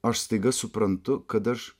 aš staiga suprantu kad aš